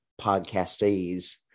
podcastees